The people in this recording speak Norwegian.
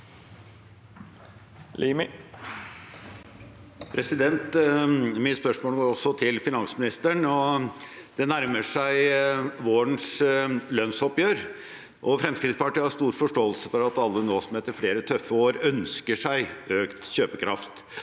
Mitt spørsmål går også til finansministeren. Det nærmer seg vårens lønnsoppgjør, og Fremskrittspartiet har stor forståelse for at alle nå, etter flere tøffe år, ønsker seg økt kjøpekraft.